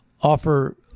offer